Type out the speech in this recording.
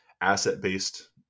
asset-based